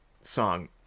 song